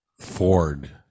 Ford